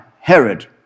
Herod